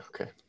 Okay